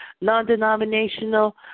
non-denominational